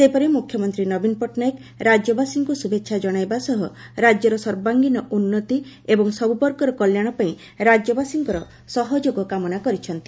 ସେହିପରି ମୁଖ୍ୟମନ୍ତୀ ନବୀନ ପଟ୍ଟନାୟକ ରାଜ୍ୟବାସୀଙ୍କୁ ଶୁଭେଛା ଜଣାଇବା ସହ ରାଜ୍ୟର ସର୍ବାଙ୍ଗୀନ ଉନ୍ନତି ଏବଂ ସବୁବର୍ଗର କଲ୍ୟାଶ ପାଇଁ ରାଜ୍ୟବାସୀଙ୍କ ସହଯୋଗ କାମନା କରିଛନ୍ତି